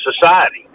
society